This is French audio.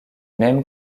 même